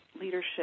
leadership